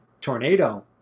tornado